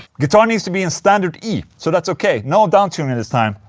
guitar needs to be in standard e, so that's okay. no downtuning this time.